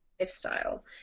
Lifestyle